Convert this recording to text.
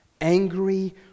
angry